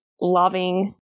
loving